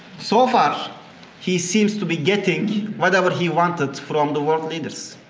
so far he seems to be getting whatever he wanted from the world leaders.